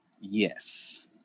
Yes